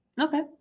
okay